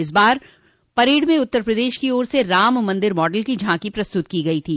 इस बार परेड में उत्तर प्रदेश की ओर से राम मंदिर मॉडल की झांकी प्रस्तुत की गई थी